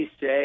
say